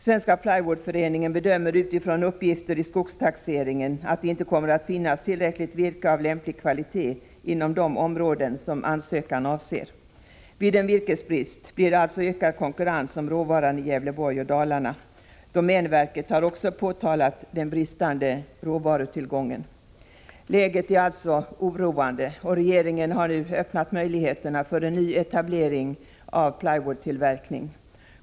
Svenska Plywoodföreningen bedömer att det, utifrån uppgifter i skogstaxeringen, inte kommer att finnas tillräckligt mycket virke av lämplig kvalitet inom de områden som ansökan avser. Vid en virkesbrist blir det alltså ökad konkurrens om råvaran i Gävleborg och Dalarna. Domänverket har också påtalat den bristande råvarutillgången. Läget är alltså oroande, och regeringen har nu öppnat möjligheterna för en ny etablering av plywoodtillverkning.